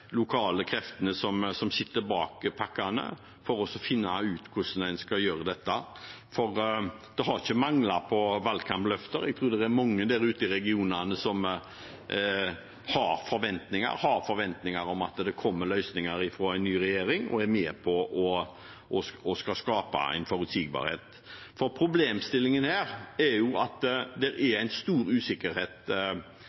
lokale kreftene som står bak pakkene, for å finne ut hvordan en skal gjøre dette. Det har ikke manglet på valgkampløfter. Jeg tror det er mange ute i regionene som har forventninger om at det kommer løsninger fra en ny regjering som skaper forutsigbarhet, for problemet er at det er en stor usikkerhet der ute med tanke på hvordan en skal